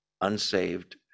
unsaved